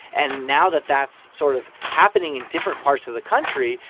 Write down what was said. and now that that's sort of happening in different parts of the country,